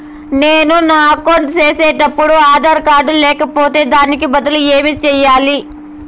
నేను నా అకౌంట్ సేసేటప్పుడు ఆధార్ కార్డు లేకపోతే దానికి బదులు ఏమి సెయ్యాలి?